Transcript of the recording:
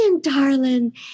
darling